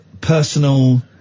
Personal